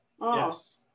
Yes